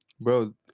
bro